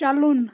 چلُن